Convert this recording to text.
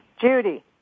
Judy